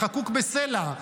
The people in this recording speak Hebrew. חקוק בסלע.